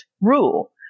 rule